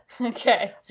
Okay